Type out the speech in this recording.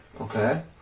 Okay